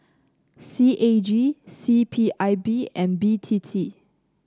C A G C P I B and B T T